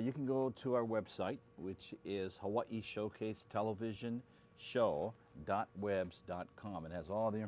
you can go to our website which is hawaii showcase television show dot website dot com it has all the